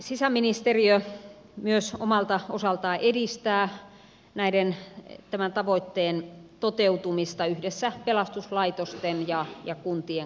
sisäministeriö myös omalta osaltaan edistää tämän tavoitteen toteutumista yhdessä pelastuslaitosten ja kuntien kanssa